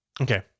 Okay